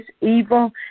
evil